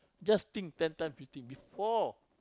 just think ten time fifteen before